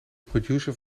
producer